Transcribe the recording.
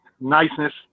niceness